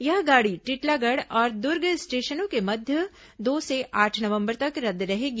यह गाड़ी टिटलागढ़ और दुर्ग स्टेशनों के मध्य दो से आठ नवंबर तक रद्द रहेगी